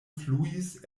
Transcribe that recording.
fluis